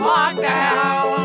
Lockdown